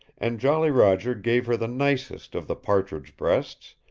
and jolly roger gave her the nicest of the partridge breasts,